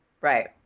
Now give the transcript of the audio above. Right